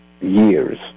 years